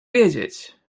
wiedzieć